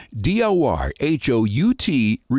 d-o-r-h-o-u-t